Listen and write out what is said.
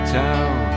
town